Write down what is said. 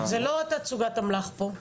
זו לא תצוגת אמל"ח פה.